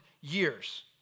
years